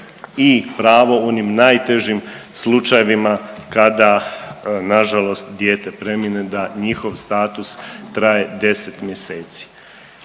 i pravo u onim najtežim slučajevima kada nažalost dijete premine da njihov status traje 10 mjeseci.